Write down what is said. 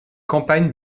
campagnes